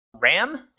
ram